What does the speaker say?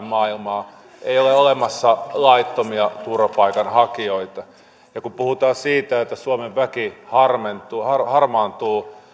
maailmaa ei ole olemassa laittomia turvapaikanhakijoita ja kun puhutaan siitä että suomen väki harmaantuu harmaantuu